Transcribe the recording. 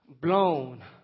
blown